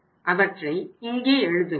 அவற்றை இங்கே எழுதுவோம்